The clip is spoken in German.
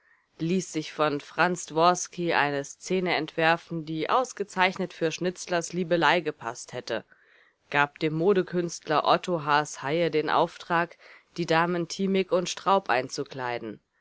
ließ sich von franz dworski eine szene entwerfen die ausgezeichnet für schnitzlers liebelei gepaßt hätte gab dem modekünstler otto haas-heye den auftrag die damen thimig und straub einzukleiden